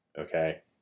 okay